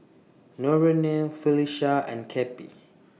Norene Felisha and Cappie